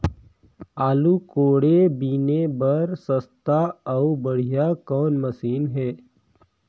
आलू कोड़े बीने बर सस्ता अउ बढ़िया कौन मशीन हे?